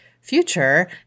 future